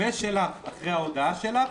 ואחרי ההודעה שלך,